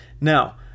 Now